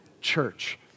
church